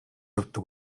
явдаг